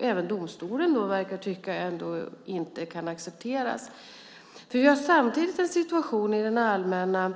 även domstolen verkar tycka inte kan accepteras. Vi har samtidigt en situation i den allmänna